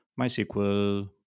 MySQL